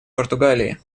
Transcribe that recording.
португалии